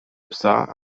psa